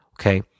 okay